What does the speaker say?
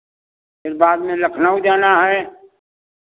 फिर बाद में लखनऊ जाना है